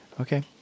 Okay